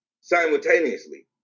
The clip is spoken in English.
simultaneously